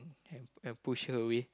and and push her away